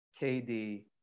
KD